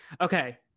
Okay